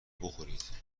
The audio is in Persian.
بخورید